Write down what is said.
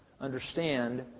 understand